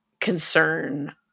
concern